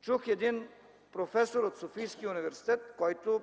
чух професор от Софийския университет, който